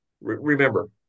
Remember